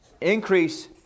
Increase